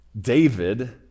David